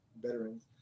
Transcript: veterans